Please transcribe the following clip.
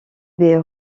des